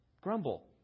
grumble